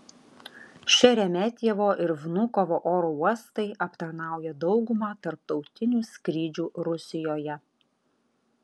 šeremetjevo ir vnukovo oro uostai aptarnauja daugumą tarptautinių skrydžių rusijoje